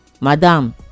madam